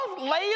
later